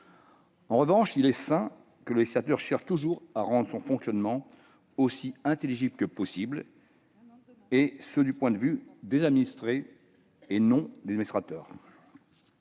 En revanche, il est sain que le législateur cherche toujours à rendre son fonctionnement aussi intelligible que possible, du point de vue des administrés et non de celui des administrateurs.